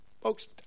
Folks